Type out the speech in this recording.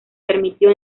permitió